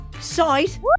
sight